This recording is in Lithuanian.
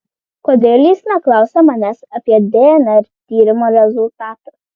kodėl jis neklausia manęs apie dnr tyrimo rezultatą